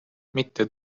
mitte